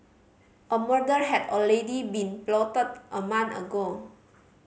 a murder had already been plotted a month ago